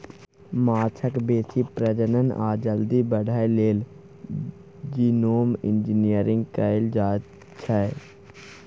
माछक बेसी प्रजनन आ जल्दी बढ़य लेल जीनोम इंजिनियरिंग कएल जाएत छै